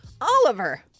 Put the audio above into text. Oliver